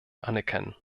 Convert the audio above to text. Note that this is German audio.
anerkennen